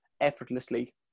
effortlessly